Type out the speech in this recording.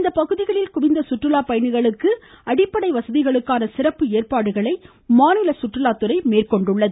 இப்பகுதிகளில் குவிந்த குற்றுலாப் பயணிகளுக்கு அடிப்படை வசதிகளுக்கான சிறப்பு ஏற்பாடுகளை சுற்றுலாத்துறை மேற்கொண்டுள்ளது